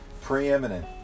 preeminent